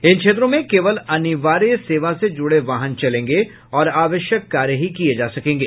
इन क्षेत्रों में केवल अनिवार्य सेवा से जुड़े वाहन चलेंगे और आवश्यक कार्य ही किये जा सकेंगे